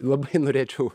labai norėčiau